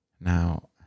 Now